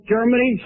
Germany